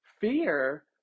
fear